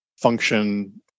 function